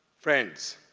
friends.